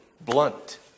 blunt